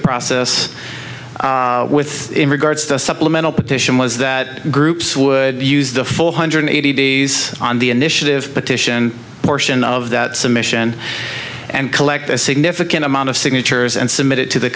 process with regards to a supplemental petition was that groups would use the full hundred eighty days on the initiative petition portion of that submission and collect a significant amount of signatures and submit it to the